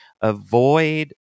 Avoid